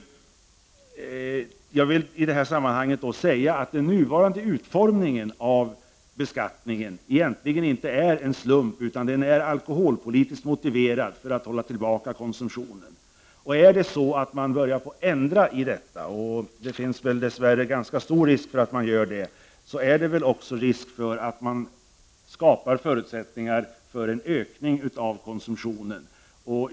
Jag vill i det här sammanhanget nämna att den nuvarande utformningen av beskattningen inte är en slump. Den är alkoholpolitiskt motiverad för att hålla tillbaka konsumtionen. Börjar man ändra på detta, vilket det dess värre finns en ganska stor risk för att man gör, finns också en risk för att man skapar förutsättningar för en ökning av konsumtionen.